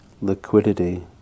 liquidity